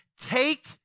take